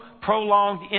prolonged